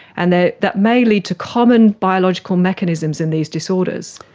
and that that may lead to common biological mechanisms in these disorders.